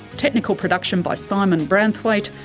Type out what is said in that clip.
technical production by simon branthwaite,